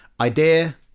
idea